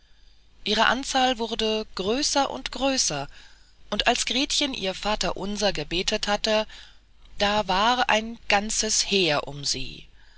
ihre anzahl wurde größer und größer und als gretchen ihr vaterunser geendet hatte da war ein ganzes heer um sie